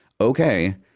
Okay